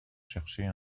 chercher